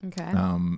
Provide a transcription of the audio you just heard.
Okay